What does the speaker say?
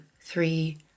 three